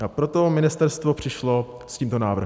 A proto ministerstvo přišlo s tímto návrhem.